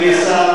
אדוני השר,